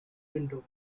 window